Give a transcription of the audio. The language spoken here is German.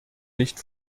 nicht